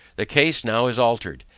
the case now is altered,